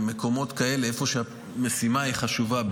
במקומות כאלה שבהם המשימה חשובה,